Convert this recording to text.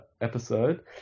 episode